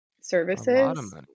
services